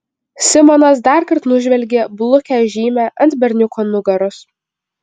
simonas darkart nužvelgė blukią žymę ant berniuko nugaros